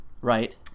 Right